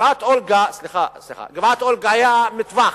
בגבעת-אולגה היה מטווח.